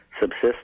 subsist